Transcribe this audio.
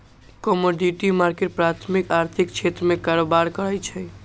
commodity market प्राथमिक आर्थिक क्षेत्र में कारबार करै छइ